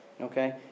Okay